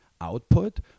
output